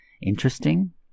interesting